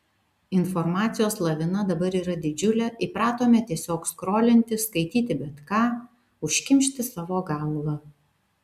informacijos lavina dabar yra didžiulė įpratome tiesiog skrolinti skaityti bet ką užkimšti savo galvą